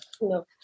No